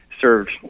served